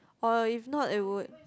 or if not it would